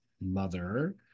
mother